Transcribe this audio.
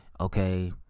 Okay